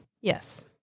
Yes